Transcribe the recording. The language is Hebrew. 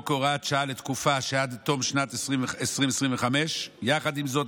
כהוראת שעה לתקופה שעד תום שנת 2025. יחד עם זאת,